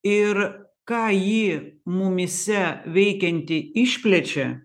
ir ką ji mumyse veikianti išplečia